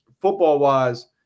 football-wise